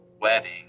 wedding